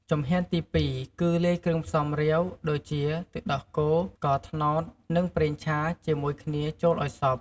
ជំហានទី ២ គឺលាយគ្រឿងផ្សំរាវ ដូចជា ទឹកដោះគោ ស្ករត្នោត និងប្រេងឆា ជាមួយគ្នាចូលឲ្យសព្វ។